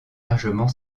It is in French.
largement